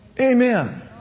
Amen